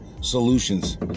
solutions